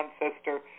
ancestor